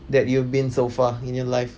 that you've been so far in your life